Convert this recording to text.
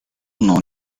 known